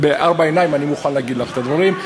בארבע עיניים אני מוכן להגיד לך את הדברים,